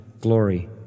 glory